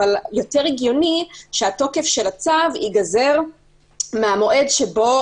אבל יותר הגיוני שתוקף הצו ייגזר מהמועד שבו